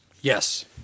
Yes